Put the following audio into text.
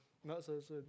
not so soon